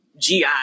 GI